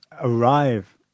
arrive